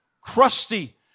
crusty